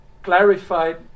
clarified